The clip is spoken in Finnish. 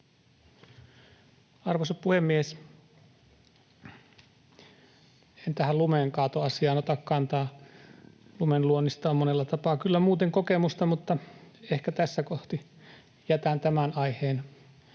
Arvoisa puhemies! En tähän lumenkaatoasiaan ota kantaa. Lumenluonnista on monella tapaa kyllä muuten kokemusta, mutta ehkä tässä kohti jätän tämän aiheen